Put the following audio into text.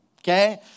Okay